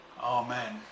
Amen